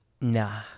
nah